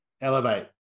elevate